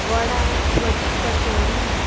वडा कट कचोडी